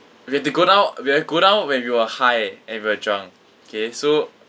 we have to go down we've to go down when we were high and we were drunk okay so